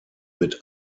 mit